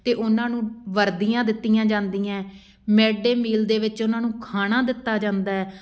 ਅਤੇ ਉਹਨਾਂ ਨੂੰ ਵਰਦੀਆਂ ਦਿੱਤੀਆਂ ਜਾਂਦੀਆਂ ਮਿਡ ਡੇ ਮੀਲ ਦੇ ਵਿੱਚ ਉਹਨਾਂ ਨੂੰ ਖਾਣਾ ਦਿੱਤਾ ਜਾਂਦਾ ਹੈ